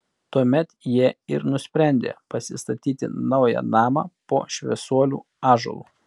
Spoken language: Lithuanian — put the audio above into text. tuomet jie ir nusprendė pasistatyti naują namą po šviesuolių ąžuolu